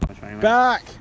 back